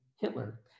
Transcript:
Hitler